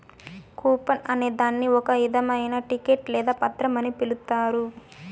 coupon అనే దాన్ని ఒక ఇధమైన టికెట్ లేదా పత్రం అని పిలుత్తారు